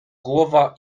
głowa